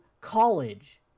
college